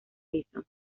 bison